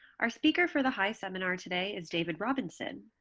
our speaker for the hai seminar today is david robinson,